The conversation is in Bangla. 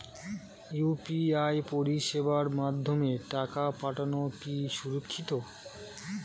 ইউ.পি.আই পরিষেবার মাধ্যমে টাকা পাঠানো কি সুরক্ষিত?